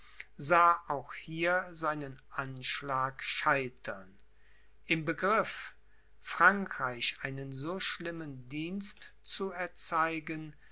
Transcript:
sah auch hier seinen anschlag scheitern im begriff frankreich einen so schlimmen dienst zu erzeigen